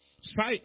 Sight